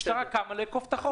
משטרה קמה על מנת לאכוף את החוק.